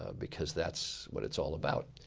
ah because that's what it's all about.